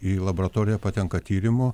į laboratoriją patenka tyrimų